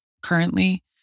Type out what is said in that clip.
currently